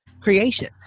creation